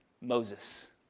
Moses